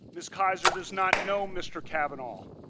ms. kaiser does not know mr. cavanaugh.